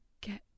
get